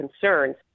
concerns